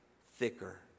thicker